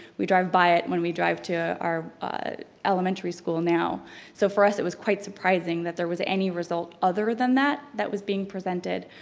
we drive by it when we drive to our elementary school now so for us it was quite surprising that there was any result other than that that was being presented.